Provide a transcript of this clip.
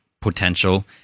potential